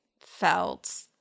felt